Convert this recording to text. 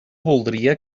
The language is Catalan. voldria